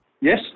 Yes